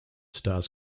stars